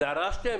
דרשתם?